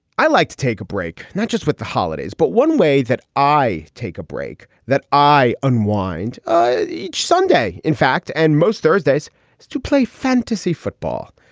i like to take a break, not just with the holidays, but one way that i take a break that i unwind each sunday, in fact, and most thursdays to play fantasy football,